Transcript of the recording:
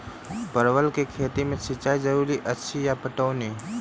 परवल केँ खेती मे सिंचाई जरूरी अछि या पटौनी?